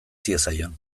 diezaion